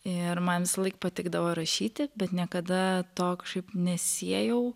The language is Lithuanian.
ir man visąlaik patikdavo rašyti bet niekada to kažkaip nesiejau